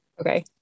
Okay